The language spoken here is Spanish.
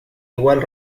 igual